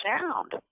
sound